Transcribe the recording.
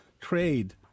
trade